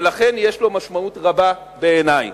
ולכן יש לו משמעות רבה בעיני.